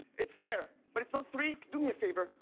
it's fair, but it's not three. do me a favor,